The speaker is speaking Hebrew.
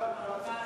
ארוכה, תשובות.